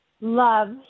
love